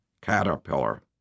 caterpillar